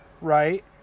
right